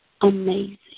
amazing